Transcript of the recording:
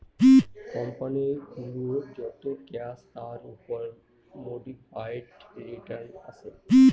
company গুলোর যত cash তার উপর মোডিফাইড রিটার্ন আসে